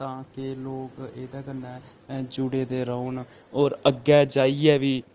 तां कि लोक एह्दे कन्नै जुड़े दे रौह्न होर अग्गे जाइयै बी